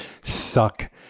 suck